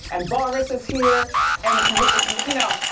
and boris is here and you know,